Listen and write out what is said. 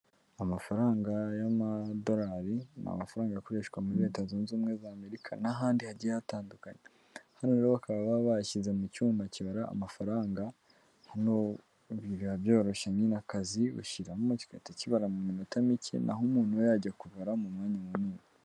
Amafaranga y'amadorari, ni amafaranga akoreshwa muri leta zunze ubumwe za amerika, n'ahandi hagiye hatandukanye, hano rero bakaba baba bayashyize mu cyuma kibara amafaranga, hano biba byoroshye nyine akazi ushyiramo kigahita kibara mu mininota mike, naho umuntu we yajya kubara mu mwanya munini.